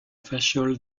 facial